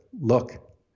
look